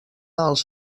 als